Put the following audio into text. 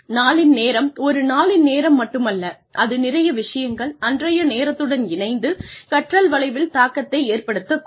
நாளின் நேரம் ஒரு நாளின் நேரம் மட்டுமல்ல அது நிறைய விஷயங்கள் அன்றைய நேரத்துடன் இணைந்து கற்றல் வளைவில் தாக்கத்தை ஏற்படுத்தக்கூடும்